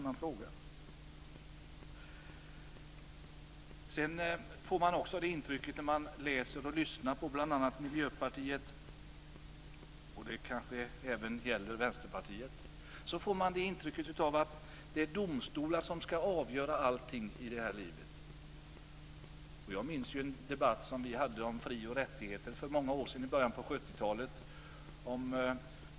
När man läser och lyssnar på Miljöpartiet - och det kanske även gäller Vänsterpartiet - får man intrycket av att det är domstolar som skall avgöra allt här i livet. Jag minns en debatt om fri och rättigheter i början av 70-talet.